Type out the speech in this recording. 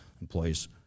employees